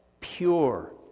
pure